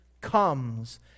comes